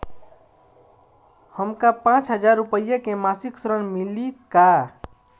हमका पांच हज़ार रूपया के मासिक ऋण मिली का?